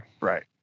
Right